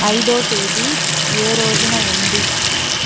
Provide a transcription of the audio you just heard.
ఐదో తేదీ ఏ రోజున ఉంది